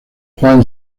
juan